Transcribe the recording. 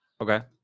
okay